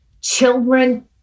children